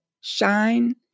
shine